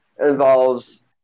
involves